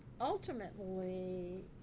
Ultimately